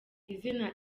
izina